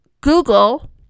google